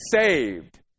saved